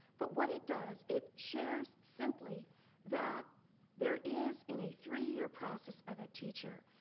but what it does, it shares simply that there is in a three-year process of a teacher,